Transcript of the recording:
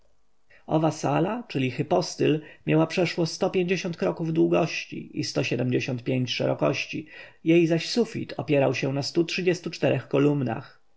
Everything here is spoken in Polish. owa sala czyli hipostyl miała przeszło sto pięćdziesiąt kroków długości i siedemdziesiąt pięć szerokości jej zaś sufit opierał się na stu trzydziestu czterech kolumnach